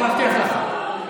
אני מבטיח לך.